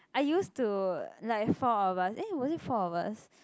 I used to like four of us eh was it four of us